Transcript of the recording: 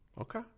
Okay